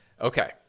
Okay